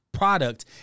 product